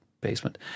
basement